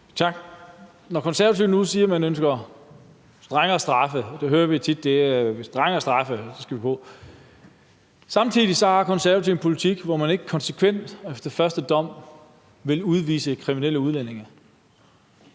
Når Konservative nu siger, at man ønsker strengere straffe – det hører vi tit; vi skal have strengere straffe – og Konservative samtidig har en politik, hvor man ikke konsekvent efter første dom vil udvise kriminelle udlændinge,